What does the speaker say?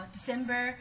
December